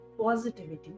positivity